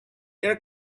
air